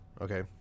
okay